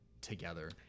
together